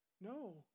No